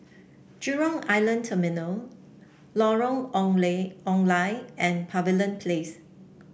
Jurong Island Terminal Lorong Ong Lye and Pavilion Place